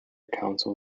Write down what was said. council